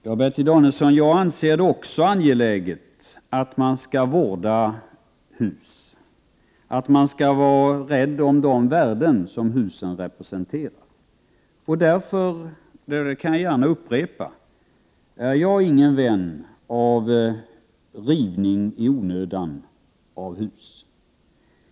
Herr talman! Bertil Danielsson, jag anser också att det är angeläget att man vårdar hus och att man är rädd om de värden som husen representerar. Därför är jag, vilket jag kan upprepa, ingen vän av rivning i onödan av hus.